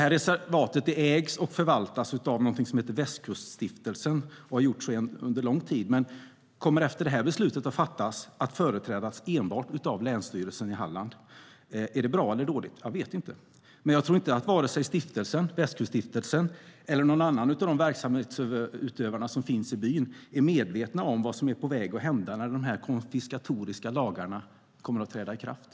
Reservatet ägs och förvaltas sedan lång tid av någonting som heter Västkuststiftelsen men kommer efter att det här beslutet har fattats att företrädas enbart av Länsstyrelsen i Halland. Är det bra eller dåligt? Jag vet inte, men jag tror inte att vare sig Västkuststiftelsen eller någon annan av de verksamhetsutövare som finns i byn är medvetna om vad som är på väg att hända när de här konfiskatoriska lagarna träder i kraft.